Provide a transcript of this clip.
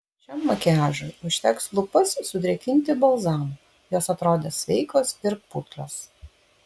šiam makiažui užteks lūpas sudrėkinti balzamu jos atrodys sveikos ir putlios